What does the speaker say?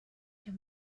can